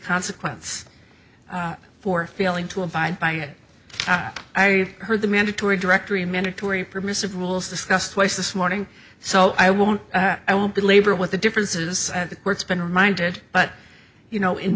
consequence for failing to abide by it i heard the mandatory directory mandatory permissive rules discussed twice this morning so i won't i won't belabor what the difference is that the court's been reminded but you know in